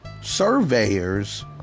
surveyors